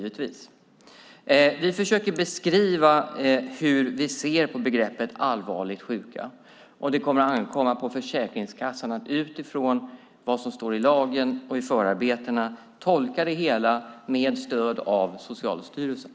Vi försöker beskriva hur vi ser på begreppet "allvarlig sjukdom", och det kommer att ankomma på Försäkringskassan att utifrån vad som står i lagen och i förarbetena tolka det hela med stöd av Socialstyrelsen.